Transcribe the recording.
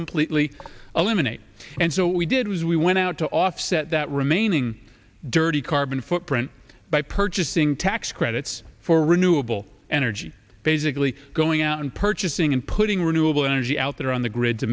completely eliminate and so we did was we went out to offset that remaining dirty carbon footprint by purchasing tax credits for renewable energy basically going out and purchasing and putting renewable energy out there on the grid to